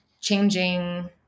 changing